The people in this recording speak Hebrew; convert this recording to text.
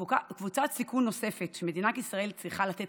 קבוצת סיכון נוספת שמדינת ישראל צריכה לתת